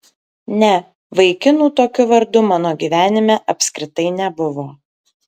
ne vaikinų tokiu vardu mano gyvenime apskritai nebuvo